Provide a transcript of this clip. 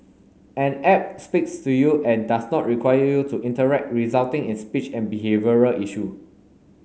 an app speaks to you and does not require you to interact resulting in speech and behavioural issue